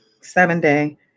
seven-day